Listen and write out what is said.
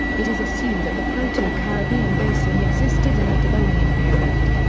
it is assumed that the proto-caribbean basin existed in the devonian period.